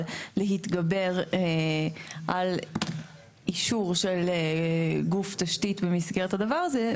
להתגבר על אישור של גוף תשתית במסגרת הדבר הזה,